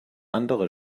andere